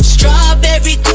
Strawberry